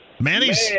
Manny's